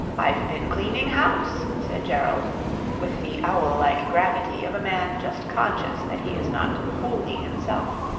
i've been cleaning house, said gerald with the owl-like gravity of a man just conscious that he is not wholly himself.